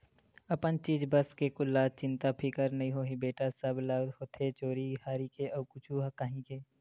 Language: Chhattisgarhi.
अपन चीज बस के कोन ल चिंता फिकर नइ होही बेटा, सब ल होथे चोरी हारी के अउ कुछु काही के